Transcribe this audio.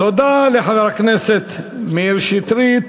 תודה לחבר הכנסת מאיר שטרית.